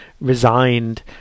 resigned